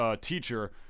teacher